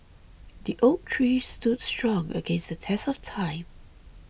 the oak tree stood strong against the test of time